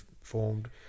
formed